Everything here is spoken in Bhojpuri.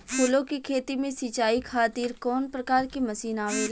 फूलो के खेती में सीचाई खातीर कवन प्रकार के मशीन आवेला?